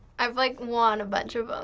i've like won a bunch of ah